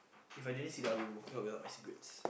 If I didn't see that I would be walking out without my cigarettes